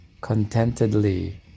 contentedly